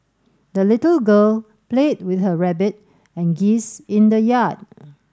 the little girl played with her rabbit and geese in the yard